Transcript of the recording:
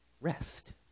Rest